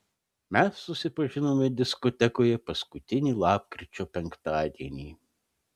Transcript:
mes susipažinome diskotekoje paskutinį lapkričio penktadienį